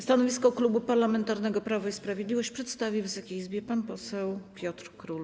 Stanowisko Klubu Parlamentarnego Prawo i Sprawiedliwość przedstawi Wysokiej Izbie pan poseł Piotr Król.